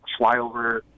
Flyover